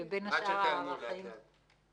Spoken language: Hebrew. ובין השאר --- עד שתיעלמו לאט לאט.